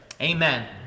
Amen